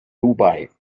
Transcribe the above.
dubai